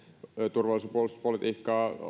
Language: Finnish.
turvallisuus ja puolustuspolitiikkaa